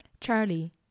Charlie